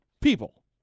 people